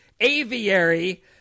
aviary